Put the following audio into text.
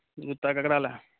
जूता ककरा लए